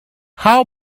how